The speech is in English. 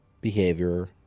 behavior